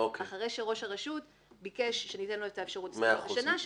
אחרי שראש הרשות ביקש שניתן לו את האפשרות ל --- מאה אחוז,